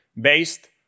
based